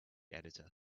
editor